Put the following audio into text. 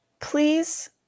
Please